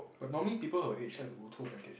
but normally people her age like to go tour package eh